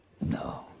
No